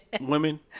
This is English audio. women